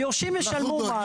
היורשים ישלמו מס.